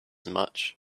much